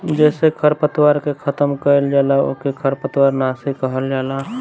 जेसे खरपतवार के खतम कइल जाला ओके खरपतवार नाशी कहल जाला